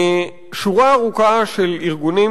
שורה ארוכה של ארגונים,